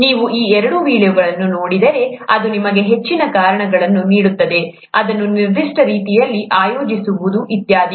ನೀವು ಆ ಎರಡು ವೀಡಿಯೊಗಳನ್ನು ನೋಡಿದರೆ ಅದು ನಿಮಗೆ ಹೆಚ್ಚಿನ ಕಾರಣಗಳನ್ನು ನೀಡುತ್ತದೆ ಅದನ್ನು ನಿರ್ದಿಷ್ಟ ರೀತಿಯಲ್ಲಿ ಆಯೋಜಿಸುವುದು ಇತ್ಯಾದಿ